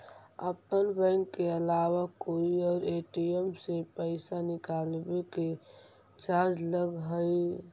अपन बैंक के अलावा कोई और ए.टी.एम से पइसा निकलवावे के चार्ज लगऽ हइ